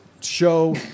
show